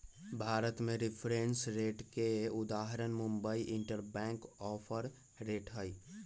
भारत में reference rate के उदाहरण मुंबई इंटरबैंक ऑफर रेट हइ